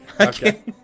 Okay